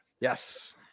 Yes